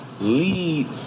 lead